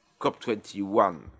COP21